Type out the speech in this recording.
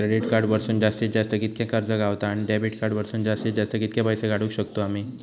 Credit card वरसून जास्तीत जास्त कितक्या कर्ज गावता, आणि डेबिट कार्ड वरसून जास्तीत जास्त कितके पैसे काढुक शकतू आम्ही?